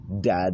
Dad